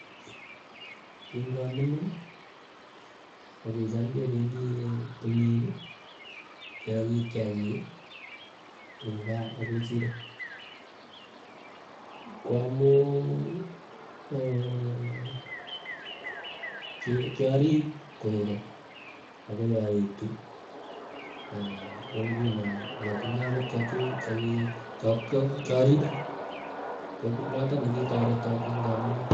Kingamining kokicham kependi tumini, keagi kiagigi tuga ak kechirek, kwamuu ee, kiarip koegeny, akoi aetu koo ngunoo atinye akot chechuu. Chekii choripe ko noto nekiaripe k o notok nekireto kingamining.